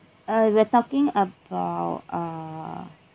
uh we're talking about uh